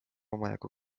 omajagu